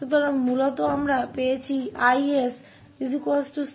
तो मूल रूप से हमें 𝐼𝑠 Ce 2ks मिला